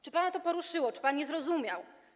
Czy pana to poruszyło, czy pan je zrozumiał?